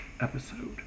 episode